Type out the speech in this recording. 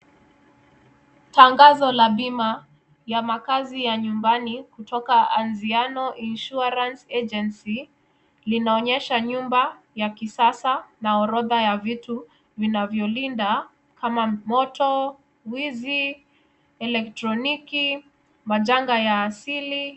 Tangazo la bima la makazi za nyumbani toka ANZIANO INSURANCE AGENCY inaonyesha orodha ya kisasa na vitu vinavyolinda kama moto, wizi, elektroniki, majanga ya asili.